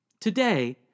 Today